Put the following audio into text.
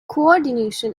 coordination